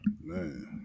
Man